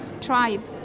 tribe